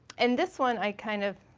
and this one i kind of,